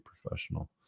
professional